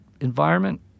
environment